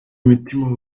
imitima